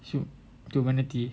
hu~ humanity